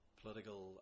political